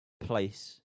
place